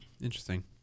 interesting